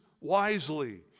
wisely